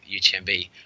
UTMB